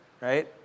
right